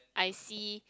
I see